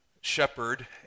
shepherd